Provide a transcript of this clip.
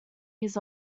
years